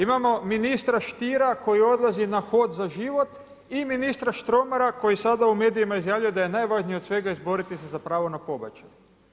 Imamo ministra Stiera koji odlazi na „Hod za život“ i ministra Štromara koji sada u medijima izjavljuje da je najvažnije od svega izboriti se za pravo na pobačaj.